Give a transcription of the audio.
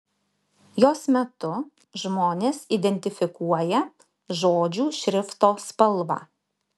jos metu žmonės identifikuoja žodžių šrifto spalvą